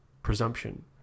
presumption